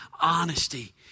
honesty